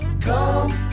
Come